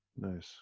Nice